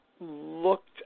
looked